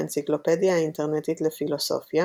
באנציקלופדיה האינטרנטית לפילוסופיה